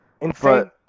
Insane